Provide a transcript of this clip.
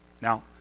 Now